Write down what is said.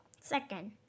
Second